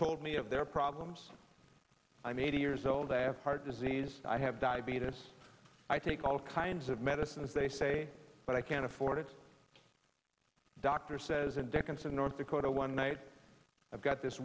told me of their problems i'm eighty years old i have heart disease i have diabetes i think all kinds of medicines they say but i can't afford it doctor says and dickinson north dakota one night i've got this